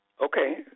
Okay